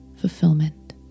fulfillment